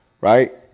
Right